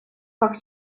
как